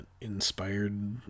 inspired